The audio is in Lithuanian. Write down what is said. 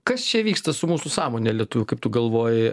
kas čia vyksta su mūsų sąmone lietuvių kaip tu galvoji